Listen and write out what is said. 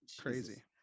crazy